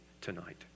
tonight